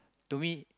to me